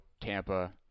Tampa